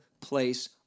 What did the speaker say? place